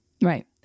Right